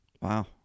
Wow